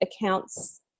accounts